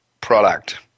product